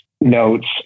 notes